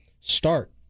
start